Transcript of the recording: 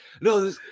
no